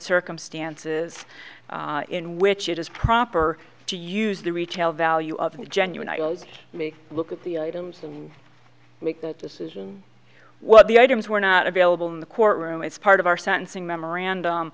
circumstances in which it is proper to use the retail value of the genuine me look at the items and make that decision what the items were not available in the courtroom as part of our sentencing memorandum